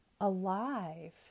alive